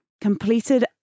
completed